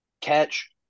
catch